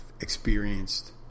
experienced